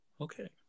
Okay